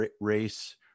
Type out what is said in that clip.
race